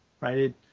right